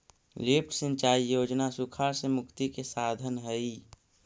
lift सिंचाई योजना सुखाड़ से मुक्ति के साधन हई